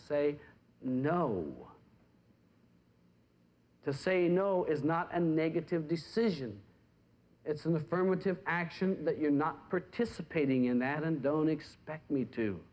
say no to say no is not a negative decision it's an affirmative action that you're not participating in that and don't expect me to